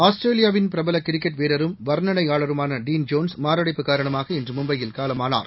Australia வின் பிரபல cricket ஆட்டக்காரரும் வா்னனையாளருமான டீன் ஜோன்ஸ் மாரடைப்பு காரணமாக இன்று மும்பையில் காலமானார்